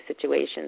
situations